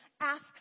ask